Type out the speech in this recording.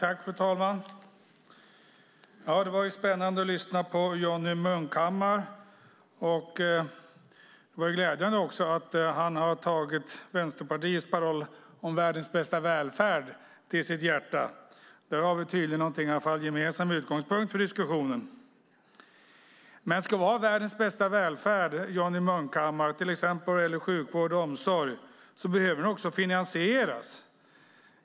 Fru talman! Det var spännande att lyssna på Johnny Munkhammar. Det var också glädjande att han har tagit Vänsterpartiets paroll om världens bästa välfärd till sitt hjärta. Där har vi tydligen i alla fall en gemensam utgångspunkt för diskussionen. Ska vi ha världens bästa välfärd, Johnny Munkhammar, till exempel vad gäller sjukvård och omsorg, behöver den också finansieras.